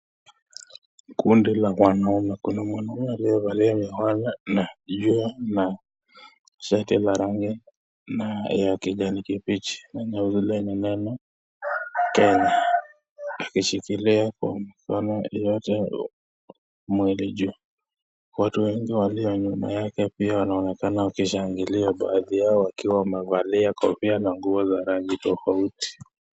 Kundi la wanaume, kuna mwanaume aliyevalia miwani najua na shati ya kijani kibichi, iliyo na neno Kenya, akishikila kwa mikono yake mwili juu. Watu wengi walio nyuma yake pia wanaonekana wakishangilia baadhi yao wakiwa wamevalia kofia na nguo za rangi tofauti.